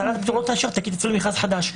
ואז ועדת הפטור תאשר ויוצאים למכרז חדש.